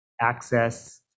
access